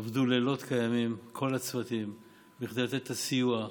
כל הצוותים עבדו לילות כימים כדי לתת את הסיוע,